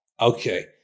okay